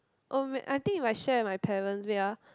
oh man I think if I share with my parents wait ah